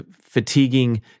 Fatiguing